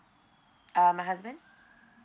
uh my husband